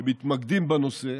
הם מתמקדים בנושא,